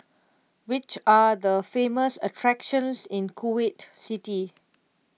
which are the famous attractions in Kuwait City